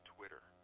Twitter